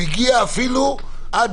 הוא הגיע אפילו עד-